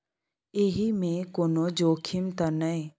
एहि मे कोनो जोखिम त नय?